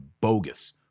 bogus